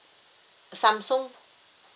samsung